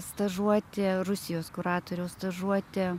stažuotė rusijos kuratoriaus stažuotė